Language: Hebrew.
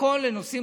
והכול לנושאים